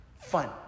Fun